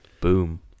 Boom